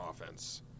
offense